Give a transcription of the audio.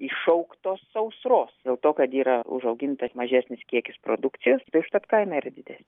iššauktos sausros dėl to kad yra užaugintas mažesnis kiekis produkcijos tai užtat kaina yra didesnė